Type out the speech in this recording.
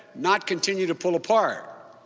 not continue to pull apart.